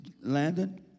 Landon